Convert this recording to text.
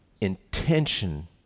intention